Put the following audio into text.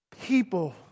people